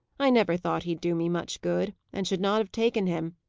i never thought he'd do me much good, and should not have taken him,